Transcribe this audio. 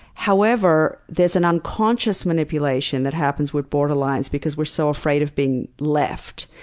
however, there's an unconscious manipulation that happens with borderlines, because we're so afraid of being left.